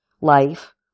life